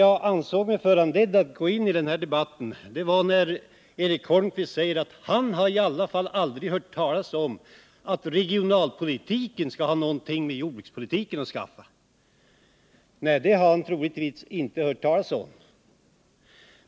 Jag ansåg mig föranledd att gå in i denna debatt av att Eric Holmqvist sade att han aldrig har hört talas om att regionalpolitiken skulle ha något med jordbrukspolitiken att skaffa. Nej, det har han troligtvis inte hört talas om.